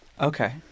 Okay